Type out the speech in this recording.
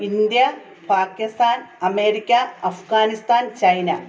India Pakistan America Afghanistan China